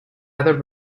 other